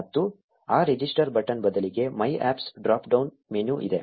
ಮತ್ತು ಆ register button ಬದಲಿಗೆ My Apps drop down menu ಇದೆ